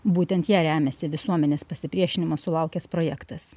būtent ja remiasi visuomenės pasipriešinimo sulaukęs projektas